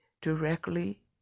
directly